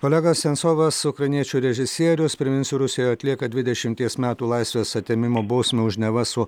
olegas sensovas ukrainiečių režisieriaus priminsiu rusijoje atlieka dvidešimties metų laisvės atėmimo bausmę už neva su